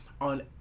on